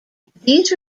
these